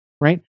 right